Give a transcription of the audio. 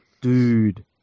Dude